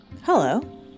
Hello